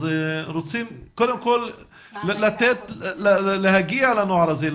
רוצים קודם כל להגיע לנוער הזה,